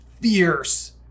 fierce